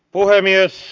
puhemies